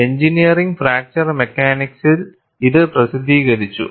engineering fracture മെക്കാനിക്സിൽ ഇത് പ്രസിദ്ധീകരിച്ചു